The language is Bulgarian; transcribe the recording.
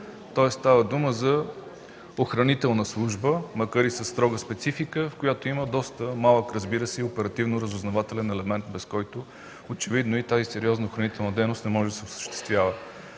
Тоест, става дума за охранителна служба, макар и със строга специфика, в която има и доста малък, разбира се, оперативно-разузнавателен елемент, без който очевидно и тази сериозна охранителна дейност не може да се осъществява.